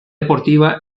deportiva